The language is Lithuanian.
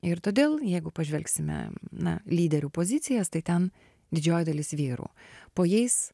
ir todėl jeigu pažvelgsime na lyderių pozicijas tai ten didžioji dalis vyrų po jais